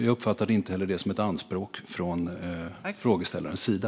Jag uppfattade inte heller detta som ett anspråk från frågeställarens sida.